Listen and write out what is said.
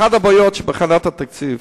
אחת הבעיות שבהכנת התקציב,